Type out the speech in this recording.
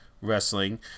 Wrestling